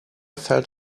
felt